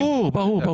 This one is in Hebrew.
ברור.